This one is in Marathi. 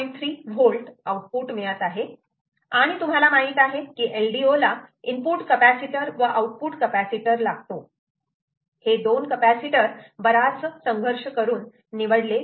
3 V आउटपुट मिळत आहे आणि तुम्हाला माहित आहे की LDO ला इनपुट कपॅसिटर व आउटपुट कपॅसिटर लागतो हे दोन कपॅसिटर बराच संघर्ष करून निवडले आहेत